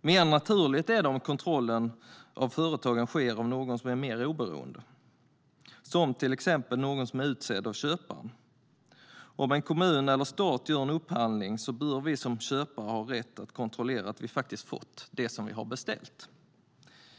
Mer naturligt är det om kontrollen av företagen sker av någon som är mer oberoende, till exempel någon som är utsedd av köparen. Om en kommun eller staten gör en upphandling bör vi som köpare ha rätt att kontrollera att vi faktiskt har fått det som vi har beställt.